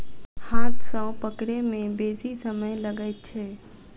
हाथ सॅ पकड़य मे बेसी समय लगैत छै